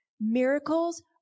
Miracles